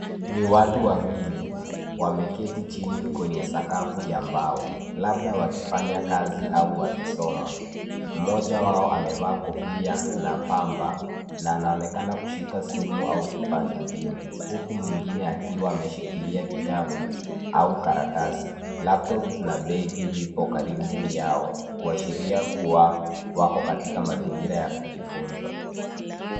Ni watu wawili wameketi chini kwenye sakafu ya mbao, labda wakifanya kazi au wakisoma. Mmoja wao amevaa kofia na pamba na anaonekana kushika simu au kifaa kingine, huku mwingine akiwa ameshikilia kitabu au karatasi. Laptop na begi vipo karibu yao, kuashiria kua wako katika mazingira ya kujifunza.